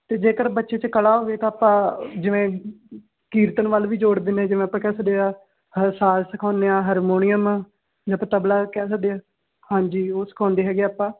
ਅਤੇ ਜੇਕਰ ਬੱਚੇ 'ਚ ਕਲਾ ਹੋਵੇ ਤਾਂ ਆਪਾਂ ਜਿਵੇਂ ਕੀਰਤਨ ਵੱਲ ਵੀ ਜੋੜ ਦਿਨੇ ਜਿਵੇਂ ਆਪਾਂ ਕਹਿ ਸਕਦੇ ਹਾਂ ਹਰ ਸਾਜ਼ ਸਿਖਾਉਂਦੇ ਹਾਂ ਹਰਮੋਨੀਅਮ ਜਾਂ ਆਪਾਂ ਤਬਲਾ ਕਹਿ ਸਕਦੇ ਹਾਂ ਹਾਂਜੀ ਉਹ ਸਿਖਾਉਂਦੇ ਹੈਗੇ ਆਪਾਂ